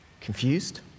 confused